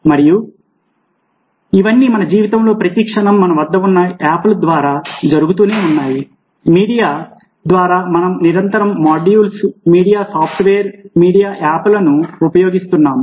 మరియు ఇవన్నీ మన జీవితంలోని ప్రతి క్షణం మన వద్ద ఉన్న యాప్ల ద్వారా జరుగుతూనే ఉంటాయి మీడియా ద్వారా మనం నిరంతరం మాడ్యూల్స్ మీడియా సాఫ్ట్వేర్ మీడియా యాప్లను ఉపయోగిస్తున్నాము